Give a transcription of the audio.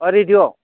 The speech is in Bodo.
रेडिय'आव